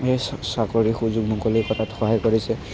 সেই চাকৰিৰ সুযোগ মুকলি কৰাত সহায় কৰিছে